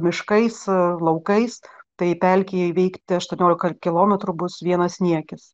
miškais laukais tai pelkėj įveikti aštuoniolika kilometrų bus vienas niekis